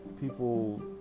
People